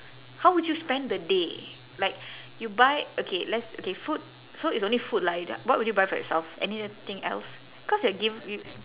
how would you spend the day like you buy okay let's okay food so it's only food lah you d~ what would you buy for yourself anything else cause you're gi~